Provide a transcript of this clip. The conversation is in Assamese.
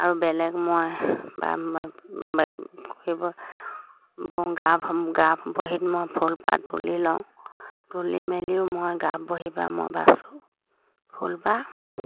আৰু বেলেগ মই গাৰ্ফ গাৰ্ফ বহীত মই ফুলপাহ তুলি লওঁ তুলি মেলিও মই গাৰ্ফ বহীপা মই বাচোঁ ফুলপাহ